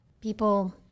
people